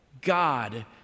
God